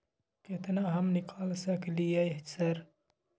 केतना हम निकाल सकलियै सर?